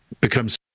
becomes